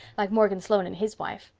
like morgan sloane and his wife.